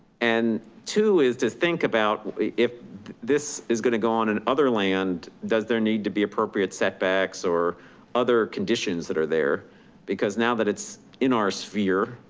and two is to think about if this is gonna go on in other land, does there need to be appropriate setbacks or other conditions that are there because now that it's in our sphere,